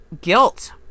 guilt